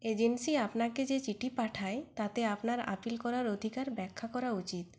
agency আপনাকে যে চিঠি পাঠায় তাতে আপনার আপিল করার অধিকার ব্যাখ্যা করা উচিত